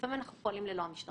לפעמים אנחנו פועלים ללא המשטרה.